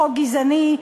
חוק גזעני,